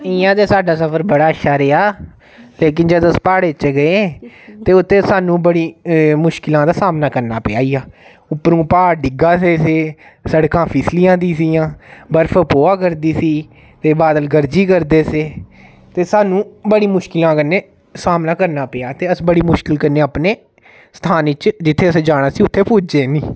इ'यां ते साड्डा सफर बड़ा अच्छा रेहा लेकिन जदूं अस प्हाड़ें च गे ते उत्थें सानूं बड़ी मुशकलां दा सामना करना पेआ उप्परुं प्हाड़ डिग्गे दे हे सड़कां फिसलै दी सियां बर्फ पोऐ करदी सी ते बादल गरजी करदे से ते सानूं बड़ी मुश्कलें कन्नै सामना करना पेआ ते अस बड़ी मुश्कल कन्नै अपने स्थान च जित्थें अस जाना सी उत्थें अस पुज्जे